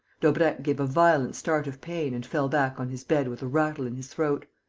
daubrecq gave a violent start of pain and fell back on his bed with a rattle in his throat.